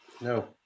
No